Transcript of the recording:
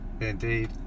indeed